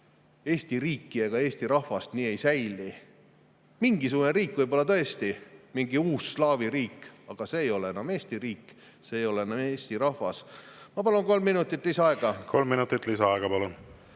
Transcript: Eesti riik ega eesti rahvas nii ei säili. Mingisugune riik võib‑olla tõesti, mingi uus slaavi riik, aga see ei ole enam Eesti riik, see ei ole enam eesti rahvas. Ma palun kolm minutit lisaaega. Kolm minutit lisaaega, palun!